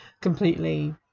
completely